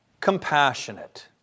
Compassionate